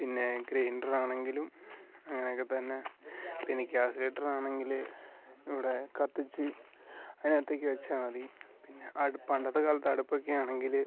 പിന്നെ ഗ്രെയ്ൻഡർ ആണെങ്കിലും അങ്ങനെയൊക്ക തന്നെ പിന്നെ ഗ്യാസ് സിലിണ്ടർ ആണെങ്കിൽ ഇവിടെ കത്തിച്ചു അതിന് അകത്തേക്ക് വച്ചാൽ മതി പിന്നെ പണ്ടത്തെ കാലത്തെ അടുപ്പൊക്കെ ആണെങ്കിൽ